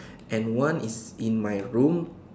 and one is in my room